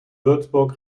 würzburg